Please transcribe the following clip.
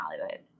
Hollywood